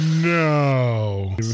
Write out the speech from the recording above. no